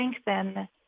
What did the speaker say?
strengthen